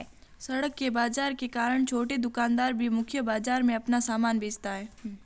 सड़क के बाजार के कारण छोटे दुकानदार भी मुख्य बाजार में अपना सामान बेचता है